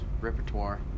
repertoire